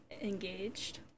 engaged